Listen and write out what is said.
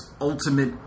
Ultimate